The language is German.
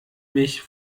mich